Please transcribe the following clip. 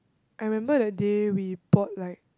I remember that day we bought like